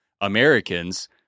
Americans